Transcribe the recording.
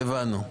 הבנו.